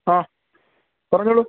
ആ പറഞ്ഞോളൂ